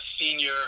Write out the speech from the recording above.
senior